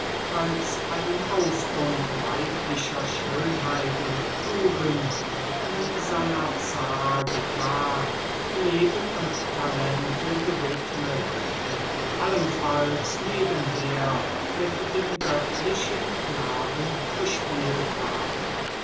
als einem ausbund weiblicher schönheit und tugend wie sannazar getan leben und talente gewidmet und allenfalls nebenher mit dem göttlichen knaben gespielt haben